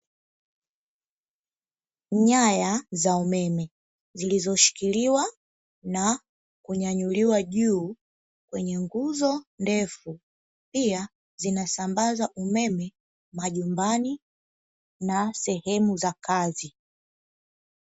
Nyaya za umeme zilizoshikiliwa na kunyanyuliwa juu kwenye nguzo ndefu, pia zinasambaza umeme majumbani na sehemu za kazi.